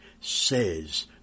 says